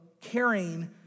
caring